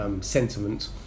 sentiment